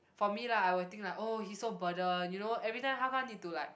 for me lah I will think like orh he so burden you know everytime how come need to like